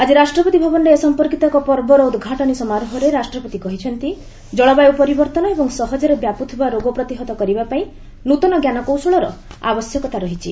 ଆଜି ରାଷ୍ଟ୍ରପତି ଭବନରେ ଏ ସମ୍ପର୍କୀତ ଏକ ପର୍ବର ଉଦ୍ଘାଟନୀ ସମାରୋହରେ ରାଷ୍ଟ୍ରପତି କହିଛନ୍ତି ଜଳବାୟୁ ପରିବର୍ତ୍ତନ ଏବଂ ସହଜରେ ବ୍ୟାପୁଥିବା ରୋଗ ପ୍ରତିହତ କରିବା ପାଇଁ ନୃତନ ଜ୍ଞାନକୌଶଳର ଆବଶ୍ୟକତା ରହିଛି